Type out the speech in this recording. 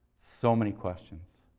so many questions.